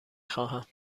خواهم